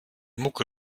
mucke